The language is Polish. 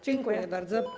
Dziękuję bardzo.